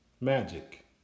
magic